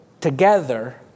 together